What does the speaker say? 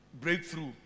breakthrough